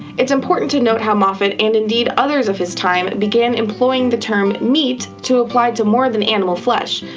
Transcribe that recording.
it's important to note how moffet, and indeed others of his time, began employing the term meat to apply to more than animal flesh,